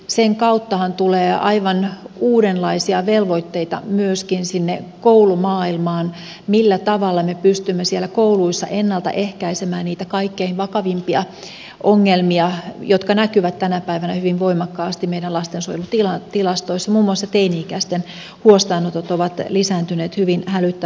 sen kauttahan tulee aivan uudenlaisia velvoitteita myöskin koulumaailmaan siihen millä tavalla me pystymme siellä kouluissa ennalta ehkäisemään niitä kaikkein vakavimpia ongelmia jotka näkyvät tänä päivänä hyvin voimakkaasti meidän lastensuojelun tilastoissa muun muassa teini ikäisten huostaanotot ovat lisääntyneet hyvin hälyttävästi